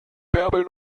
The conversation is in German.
bärbel